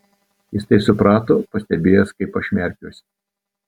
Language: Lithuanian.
jis tai suprato pastebėjęs kaip aš merkiuosi